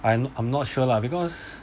I'm I'm not sure lah because